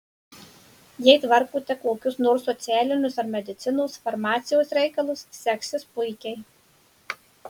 jei tvarkote kokius nors socialinius ar medicinos farmacijos reikalus seksis puikiai